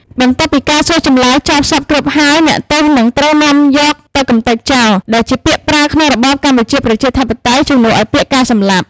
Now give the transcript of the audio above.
បន្ទាប់ពីការសួរចម្លើយចប់សព្វគ្រប់ហើយ អ្នកទោសនឹងត្រូវនាំយកទៅ “កម្ទេចចោល” ដែលជាពាក្យប្រើក្នុងរបបកម្ពុជាប្រជាធិបតេយ្យជំនួសឱ្យពាក្យ “ការសម្លាប់” ។